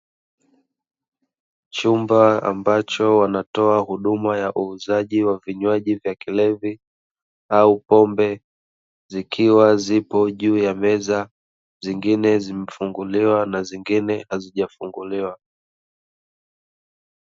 Chumba ambacho wanatoa huduma ya uuzaji wa vinywaji vya kilevi, au pombe zikiwa zipo juu ya meza, zingine zimefunguliwa na zingine hazijafunguliwa.